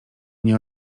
nie